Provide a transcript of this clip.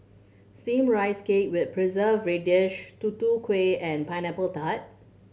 steam rice cake with preserve radish Tutu Kueh and Pineapple Tart